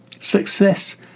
Success